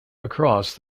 across